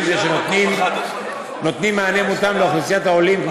זה נותנים מענה מותאם לאוכלוסיית העולים,